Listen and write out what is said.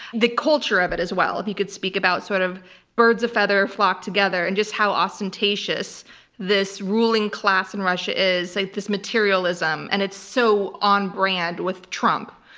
the culture of it as well. if you could speak about sort of birds of a feather flock together, and just how ostentatious this ruling class in russia is, like this materialism, and it's so on brand with trump.